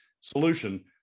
solution